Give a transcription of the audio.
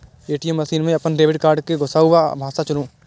ATM मशीन मे अपन डेबिट कार्ड कें घुसाउ आ भाषा चुनू